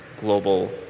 global